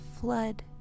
flood